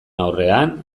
aurrean